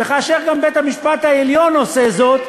וכאשר גם בית-המשפט העליון עושה זאת,